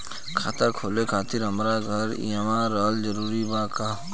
खाता खोले खातिर हमार घर इहवा रहल जरूरी बा का?